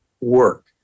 work